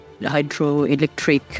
hydroelectric